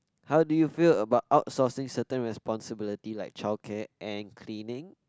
how do you feel about outsourcing certain responsibility like childcare and cleaning